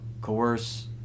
coerce